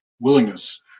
willingness